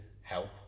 help